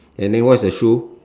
and then what's the shoe